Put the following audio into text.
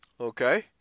Okay